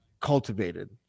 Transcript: cultivated